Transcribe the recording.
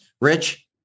Rich